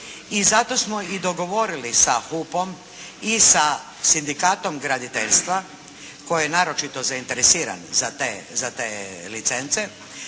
i zato smo i dogovorili sa HUP-om i sa Sindikatom graditeljstva koji je naročito zainteresiran za te licence